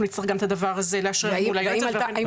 נצטרך גם את הדבר הזה לאשרר מול היועצת המשפטית.